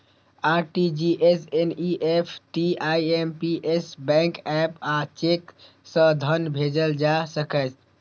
RTGS, NEFT, IMPS, bank app आ cheque सं धन भेजल जा सकैए